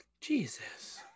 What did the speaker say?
Jesus